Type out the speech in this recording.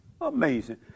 Amazing